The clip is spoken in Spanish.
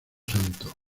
santo